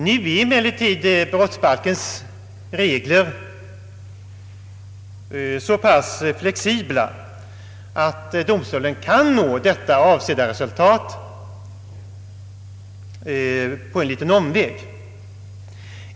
Nu är emellertid brottsbalkens regler så pass flexibla att domstolen kan nå det avsedda resultatet på en liten omväg.